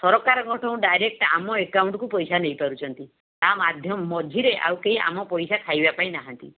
ସରକାରଙ୍କଠୁ ଡାଇରେକ୍ଟ ଆମ ଆକାଉଣ୍ଟ୍କୁ ପଇସା ନେଇପାରୁଛନ୍ତି ତା ମଝିରେ ଆଉ କେହି ଆମ ପଇସା ଖାଇବା ପାଇଁ ନାହାଁନ୍ତି